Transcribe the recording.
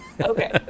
Okay